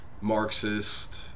Marxist